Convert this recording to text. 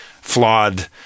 flawed